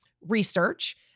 research